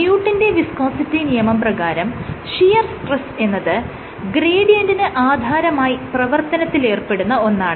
ന്യൂട്ടന്റെ വിസ്കോസിറ്റി നിയമം പ്രകാരം ഷിയർ സ്ട്രെസ് എന്നത് ഗ്രേഡിയന്റിന് ആധാരമായി പ്രവർത്തനത്തിൽ ഏർപ്പെടുന്ന ഒന്നാണ്